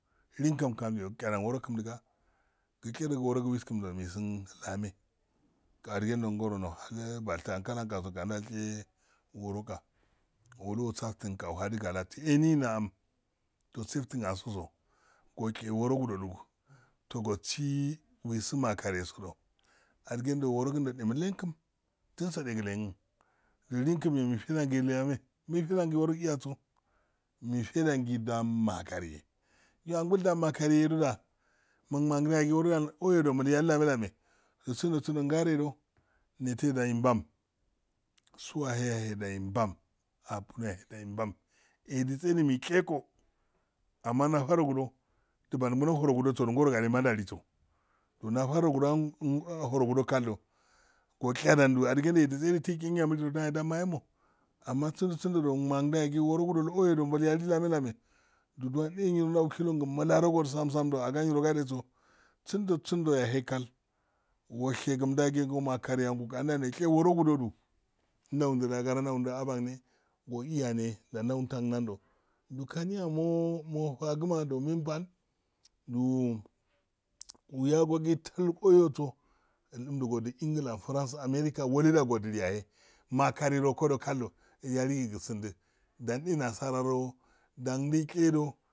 Liyin kanyamyo tshadon worokum diga wu tshadan woro wiskundo misin lame ga adigendo ngoro nohali balti ankal langtase andashe woro ga wolu wosafti aq ohali galati eni no amdo seftin ango so goshe woro gudodu toosi wisi makariye soda adigendo worokimdo mifidan do lame mifedan gi woro inyeso mifedan gi ndammakariya go aron ngol makariye do da munang ikodo manganyo leme-lame sindo sindodo ngaredo nesedo imban sowahe yahe imban afuro yahe imban edise do mishe go amma nafaro gade ma ndaliso ndo nafaragudo horogu kal do osledan nyamilido amma sindo sindo du mangayo gi worogudo ikoyodo mulyali lame lu dunku ndaw shendo gmularogodo ogai nega dose sinto sindo yahe kal woshe gum da go matheriyandu anda neshe worogudodu ndaundi gara ndaudi abanne go iyane da ndau didan nando mokaniya mo mofagima ndo menpal uyagoi talkoyo so wedi mglan france, america wole da wodiliyahe makari rokodo kaldo ilyagogi usindi dan e nassaro do dan dishe do,